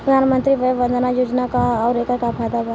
प्रधानमंत्री वय वन्दना योजना का ह आउर एकर का फायदा बा?